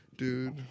Dude